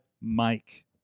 Mike